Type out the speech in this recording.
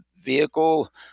vehicle